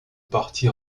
parti